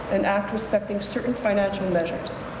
an act respecting certain financial measures.